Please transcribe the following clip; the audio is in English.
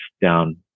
down